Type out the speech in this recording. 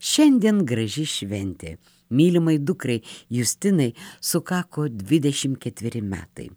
šiandien graži šventė mylimai dukrai justinai sukako dvidešim ketveri metai